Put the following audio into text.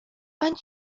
ani